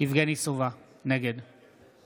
יבגני סובה, נגד